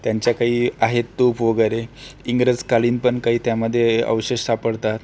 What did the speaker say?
त्यांच्या काही आहेत तोफ वगैरे इंग्रजकालीन पण काही त्यामध्ये अवशेष सापडतात